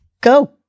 go